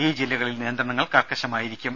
ഈ ജില്ലകളിൽ നിയന്ത്രണങ്ങൾ കർക്കശമായിരിക്കും